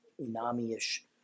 unami-ish